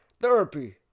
therapy